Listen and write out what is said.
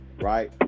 right